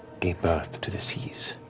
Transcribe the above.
gave birth to the seas.